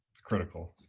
it's critical.